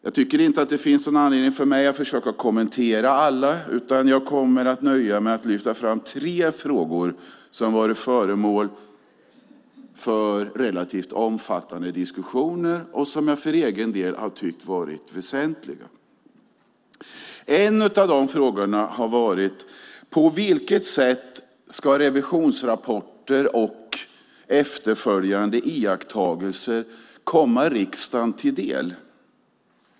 Jag tycker inte att det finns någon anledning för mig att försöka kommentera alla, utan jag kommer att nöja mig med att lyfta fram tre frågor som har varit föremål för relativt omfattande diskussioner och som jag för egen del har tyckt vara väsentliga. En av de frågorna har varit på vilket sätt revisionsrapporter och efterföljande iakttagelser ska komma riksdagen till del.